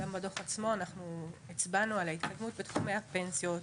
גם בדוח עצמו אנחנו הצבענו על ההתקדמות בתחומי הפנסיות,